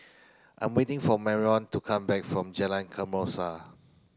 I am waiting for Marrion to come back from Jalan Kesoma